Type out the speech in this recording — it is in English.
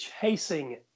chasing